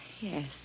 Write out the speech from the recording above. Yes